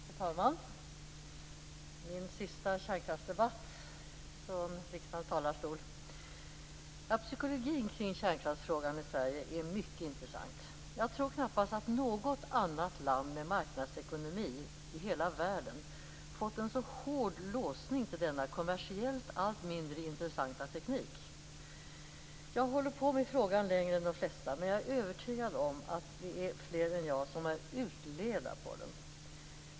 Fru talman! Det är min sista kärnkraftsdebatt från riksdagens talarstol. Psykologin kring kärnkraftsfrågan i Sverige är mycket intressant. Jag tror knappast att något annat land med marknadsekonomi i hela världen fått en så hård låsning till denna kommersiellt allt mindre intressanta teknik. Jag har hållit på med frågan längre än de flesta, men jag är övertygad om att det är fler än jag som är utleda på den.